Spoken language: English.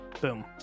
boom